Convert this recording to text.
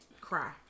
cry